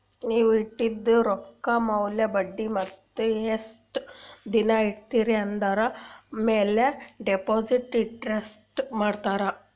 ನೀವ್ ಇಟ್ಟಿದು ರೊಕ್ಕಾ ಮ್ಯಾಲ ಬಡ್ಡಿ ಮತ್ತ ಎಸ್ಟ್ ದಿನಾ ಇಡ್ತಿರಿ ಆಂದುರ್ ಮ್ಯಾಲ ಡೆಪೋಸಿಟ್ ಇಂಟ್ರೆಸ್ಟ್ ಮಾಡ್ತಾರ